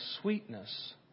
sweetness